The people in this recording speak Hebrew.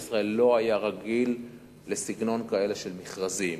ישראל לא היה רגיל לסגנון כזה של מכרזים.